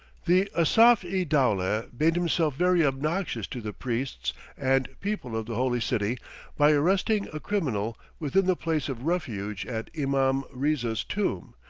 the asaf-i-dowleh made himself very obnoxious to the priests and people of the holy city by arresting a criminal within the place of refuge at imam riza's tomb,